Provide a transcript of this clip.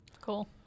Cool